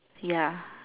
ya